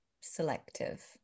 selective